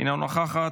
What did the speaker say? אינה נוכחת,